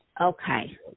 Okay